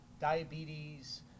diabetes